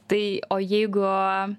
tai o jeigu